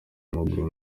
w’amaguru